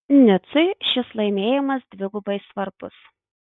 nicui šis laimėjimas dvigubai svarbus